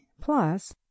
plus